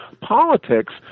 politics